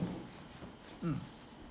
mm